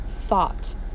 thought